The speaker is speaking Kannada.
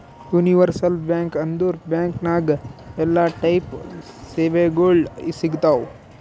ಯೂನಿವರ್ಸಲ್ ಬ್ಯಾಂಕ್ ಅಂದುರ್ ಬ್ಯಾಂಕ್ ನಾಗ್ ಎಲ್ಲಾ ಟೈಪ್ ಸೇವೆಗೊಳ್ ಸಿಗ್ತಾವ್